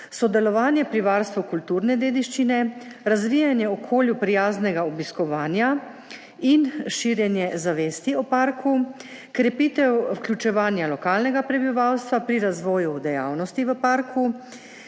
sodelovanje pri varstvu kulturne dediščine, razvijanje okolju prijaznega obiskovanja in širjenje zavesti o parku, krepitev vključevanja lokalnega prebivalstva pri razvoju dejavnosti v parku